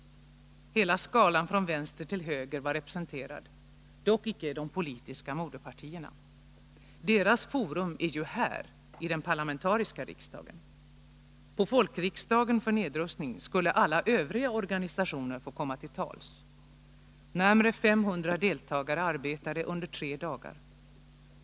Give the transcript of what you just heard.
Hela skalan från vänster till höger var representerad, dock icke de politiska moderpartierna. Deras forum är ju här i den parlamentariska riksdagen. På folkriksdagen för nedrustning skulle alla övriga organisationer få komma till tals. Närmare 500 deltagare arbetade under tre dagar.